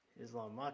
Islam